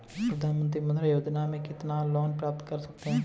प्रधानमंत्री मुद्रा योजना में कितना लोंन प्राप्त कर सकते हैं?